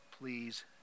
please